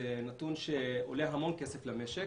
זה נתון שעולה המון כסף למשק.